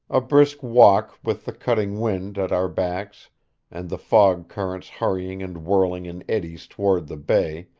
a brisk walk with the cutting wind at our backs and the fog currents hurrying and whirling in eddies toward the bay,